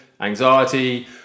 anxiety